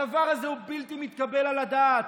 הדבר הזה הוא בלתי מתקבל על הדעת.